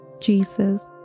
Jesus